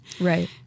Right